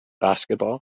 basketball